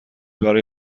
برای